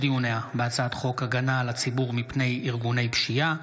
דיוניה בהצעת חוק הגנה על הציבור מפני ארגוני פשיעה,